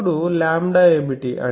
అప్పుడు λ ఏమిటి